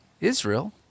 Israel